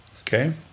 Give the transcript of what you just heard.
okay